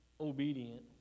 obedient